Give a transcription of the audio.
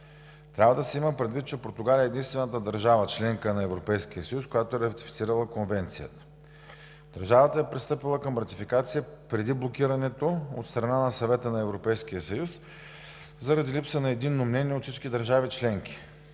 Трябва да се има предвид, че Португалия е единствената държава – членка на Европейския съюз, която е ратифицирала Конвенцията. Държавата е пристъпила към ратификация преди блокирането от страна на Съвета на Европейския съюз заради липса на единно мнение от всички държави членки.